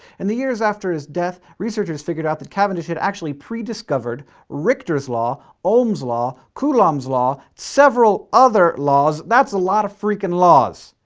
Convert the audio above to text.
and the years after his death, researchers figured out that cavendish had actually pre-discovered richter's law, ohm's law, coulomb's law, several other laws. that's a lot of freaking laws!